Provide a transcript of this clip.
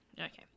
Okay